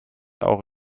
auch